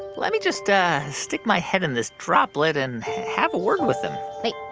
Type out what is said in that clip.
let me just stick my head in this droplet and have a word with them wait